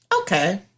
okay